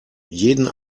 jeden